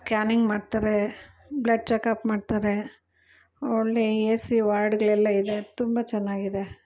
scanning ಮಾಡ್ತಾರೆ blood checkup ಮಾಡ್ತಾರೆ ಒಳ್ಳೆ ಎ ಸಿ ವಾರ್ಡ್ಗಳೆಲ್ಲ ಇದೆ ತುಂಬ ಚೆನ್ನಾಗಿದೆ